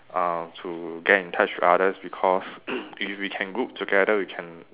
uh to get in touch with others because if we can group together we can